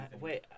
Wait